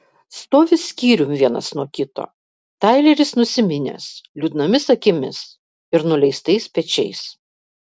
stovi skyrium vienas nuo kito taileris nusiminęs liūdnomis akimis ir nuleistais pečiais